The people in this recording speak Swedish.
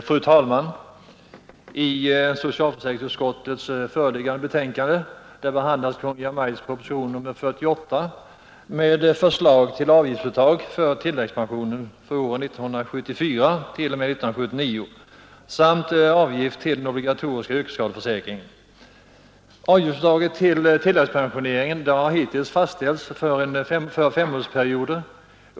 Fru talman! I socialförsäkringsutskottets föreliggande betänkande behandlas Kungl. Maj:ts proposition nr 48 med förslag till avgiftsuttag för tilläggspension för åren 1974 t.o.m. 1979 samt avgifter till den obligatoriska yrkesskadeförsäkringen. Avgiftsuttaget för tilläggspensioneringen har hittills fastställts för femårsperioder.